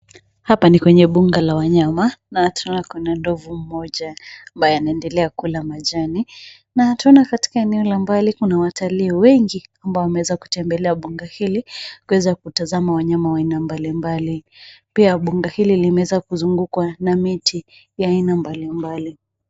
Hapa ni kwenye bunga la wanyama na tunaona kuna ndovu mmoja ambaye anaendelea kula majani na tunaona katika eneo la mbali kuna watalii wengi ambao wameweza kutembelea mbuga hili kuweza kutazama wanyama wa aina mbali mbali pia mbuga hili limeweza kuzungukwa na miti ya aina mbali mbali.